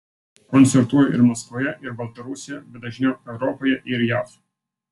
koncertuoju ir maskvoje ir baltarusijoje bet dažniau europoje ir jav